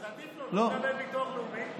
אז עדיף לו לא לקבל ביטוח לאומי ולא לשלם מס הכנסה.